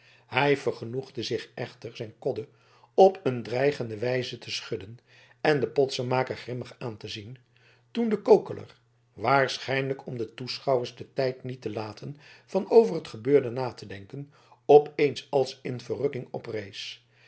hij vergenoegde zich echter zijn kodde op een dreigende wijze te schudden en den potsenmaker grimmig aan te zien toen de kokeler waarschijnlijk om de toeschouwers den tijd niet te laten van over het gebeurde na te denken opeens als in verrukking oprees